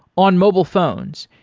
on mobile phones,